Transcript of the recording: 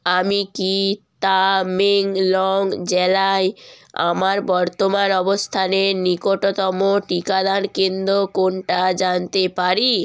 আমি কি তামেংলং জেলায় আমার বর্তমান অবস্থানের নিকটতম টিকাদান কেন্দ্র কোনটা জানতে পারি